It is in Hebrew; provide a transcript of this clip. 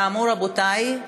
כאמור, רבותי,